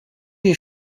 iyi